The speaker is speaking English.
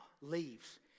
leaves